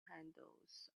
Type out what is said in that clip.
handles